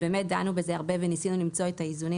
דנו בזה הרבה וניסינו למצוא את האיזונים